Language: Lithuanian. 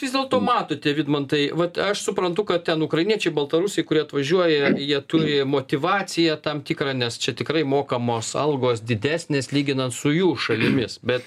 vis dėlto matote vidmantai vat aš suprantu kad ten ukrainiečiai baltarusiai kurie atvažiuoja jie turi motyvaciją tam tikrą nes čia tikrai mokamos algos didesnės lyginant su jų šalimis bet